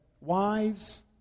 wives